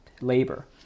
labor